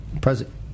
President